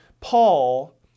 Paul